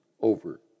over